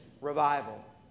revival